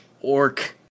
orc